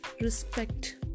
respect